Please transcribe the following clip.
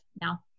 now